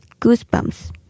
goosebumps